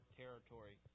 territory